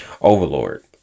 Overlord